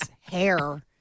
hair